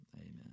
amen